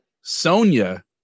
Sonia